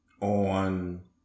on